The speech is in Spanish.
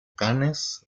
cannes